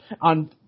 on